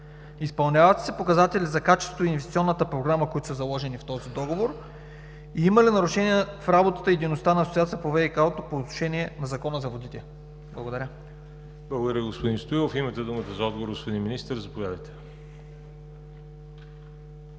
Изпълняват ли се показателите за качество и инвестиционната програма, които са заложени в този договор? Има ли нарушения в работата и дейността на Асоциацията по ВиК по отношение на Закона за водите. Благодаря. ПРЕДСЕДАТЕЛ ВАЛЕРИ ЖАБЛЯНОВ: Благодаря, господин Стоилов. Имате думата за отговор, господин Министър. Заповядайте.